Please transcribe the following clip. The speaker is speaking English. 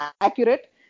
accurate